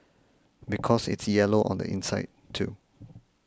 because it's yellow on the inside too